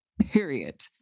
period